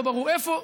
לא ברור איפה.